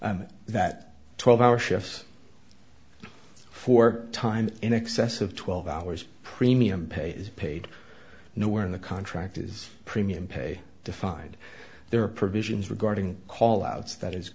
that twelve hour shifts four times in excess of twelve hours premium pay is paid no where in the contract is premium pay defined there are provisions regarding call outs that is